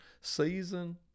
season